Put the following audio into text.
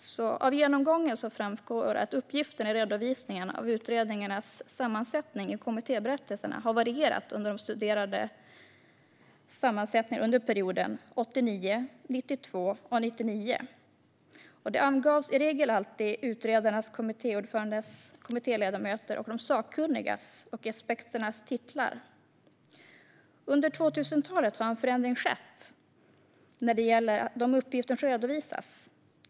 Det framgår av genomgången att uppgifterna i redovisningen av utredningarnas sammansättning i kommittéberättelserna har varierat under de studerade åren 1989, 1992 och 1999. I regel angavs alltid utredarnas, kommittéordförandenas, kommittéledamöternas, de sakkunnigas och experternas titlar. Under 2000-talet har en förändring skett när det gäller de uppgifter som redovisas.